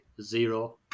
zero